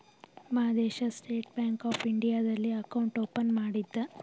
Madesha State Bank of ಇಂಡಿಯಾದಲ್ಲಿ account open ಮಾಡಿದ್ದ